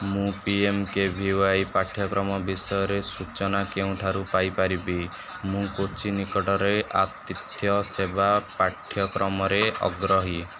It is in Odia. ମୁଁ P M K V Y ପାଠ୍ୟକ୍ରମ ବିଷୟରେ ସୂଚନା କେଉଁଠାରୁ ପାଇ ପାରିବି ମୁଁ କୋଚି ନିକଟରେ ଆତିଥ୍ୟ ସେବା ପାଠ୍ୟକ୍ରମରେ ଅଗ୍ରହୀ